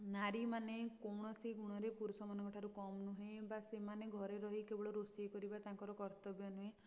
ନାରୀମାନେ କୌଣସି ଗୁଣରେ ପୁରୁଷମାନଙ୍କ ଠାରୁ କମ୍ ନୁହେଁ ବା ସେମାନେ ଘରେ ରହି କେବଳ ରୋଷେଇ କରିବା ତାଙ୍କର କର୍ତ୍ତବ୍ୟ ନୁହେଁ